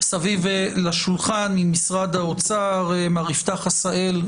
סביב השולחן: ממשרד האוצר מר יפתח עשהאל,